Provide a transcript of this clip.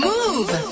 Move